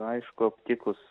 aišku aptikus